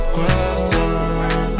Question